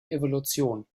evolution